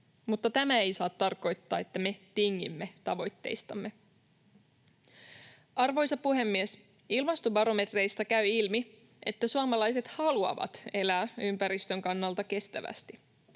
mutta tämä ei saa tarkoittaa, että me tingimme tavoitteistamme. Arvoisa puhemies! Ilmastobarometreistä käy ilmi, että suomalaiset haluavat elää ympäristön kannalta kestävästi.